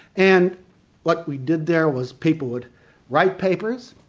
and what we did there was people would write papers,